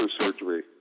surgery